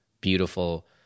beautiful